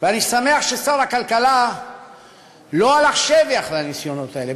ואני שמח ששר הכלכלה לא הלך שבי אחרי הניסיונות האלה,